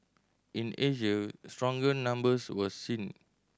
in Asia stronger numbers were seen